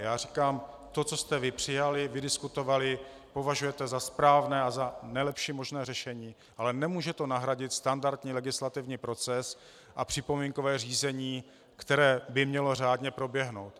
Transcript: Já říkám: To, co jste vy přijali, vydiskutovali, považujete za správné a za nejlepší možné řešení, ale nemůže to nahradit standardní legislativní proces a připomínkové řízení, které by mělo řádně proběhnout.